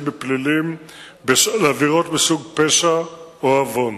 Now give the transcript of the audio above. בפלילים בשל עבירות מסוג פשע או עוון.